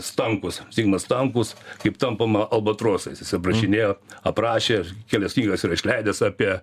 stankus zigmas stankus kaip tampama albatrosais jis aprašinėjo aprašė kelias knygas yra išleidęs apie